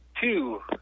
two